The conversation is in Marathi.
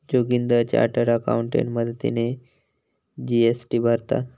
जोगिंदर चार्टर्ड अकाउंटेंट मदतीने जी.एस.टी भरता